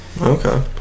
Okay